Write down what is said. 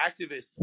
activists